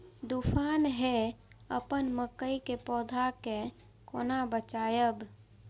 तुफान है अपन मकई के पौधा के केना बचायब?